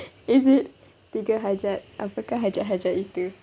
is it tiga hajat apakah hajat-hajat itu